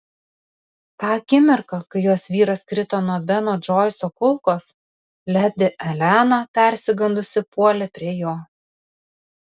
tą akimirką kai jos vyras krito nuo beno džoiso kulkos ledi elena persigandusi puolė prie jo